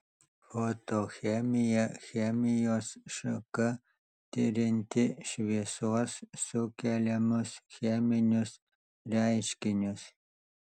fotochemija chemijos šaka tirianti šviesos sukeliamus cheminius reiškinius